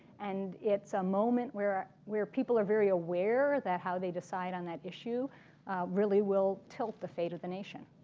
and it's a moment where where people are very aware that how they decide on that issue really will tilt the fate of the nation.